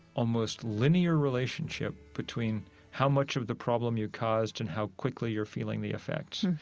almost linear relationship between how much of the problem you caused and how quickly you're feeling the effects.